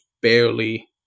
barely